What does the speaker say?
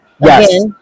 Yes